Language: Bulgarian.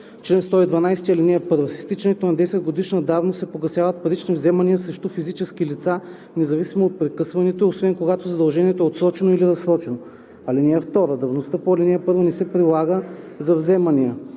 чл. 112: „Чл. 112. (1) С изтичането на десетгодишна давност се погасяват парични вземания срещу физически лица, независимо от прекъсването ѝ, освен когато задължението е отсрочено или разсрочено. (2) Давността по ал. 1 не се прилага за вземания: